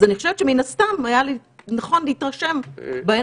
אז אני חושבת שמן הסתם היה נכון להתרשם בעיניים.